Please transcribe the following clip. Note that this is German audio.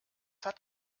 hat